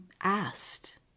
asked